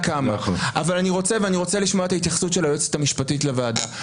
אני רוצה לשמוע את ההתייחסות של היועצת המשפטית לוועדה.